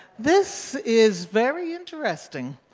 this is very interesting,